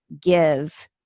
give